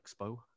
Expo